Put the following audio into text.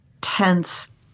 tense